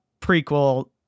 prequel